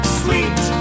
sweet